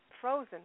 Frozen